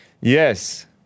Yes